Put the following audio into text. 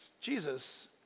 Jesus